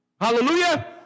Hallelujah